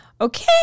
Okay